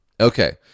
Okay